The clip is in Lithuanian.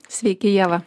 sveiki ieva